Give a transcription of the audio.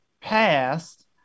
passed